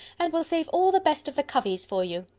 and will save all the best of the covies for you.